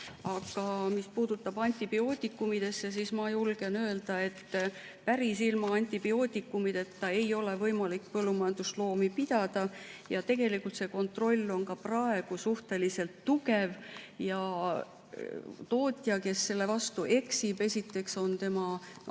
mis puutub antibiootikumidesse, siis ma julgen öelda, et päris ilma antibiootikumideta ei ole võimalik põllumajandusloomi pidada. Tegelikult see kontroll on ka praegu suhteliselt tugev ja tootja, kes selle vastu eksib, esiteks tal